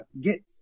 get